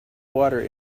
water